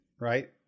Right